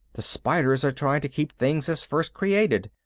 the spiders are trying to keep things as first created.